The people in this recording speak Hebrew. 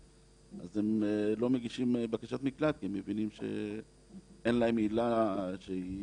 אז הם לא מגישים בקשת מקלט כי הם מבינים שאין להם עילה שהיא